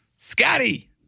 Scotty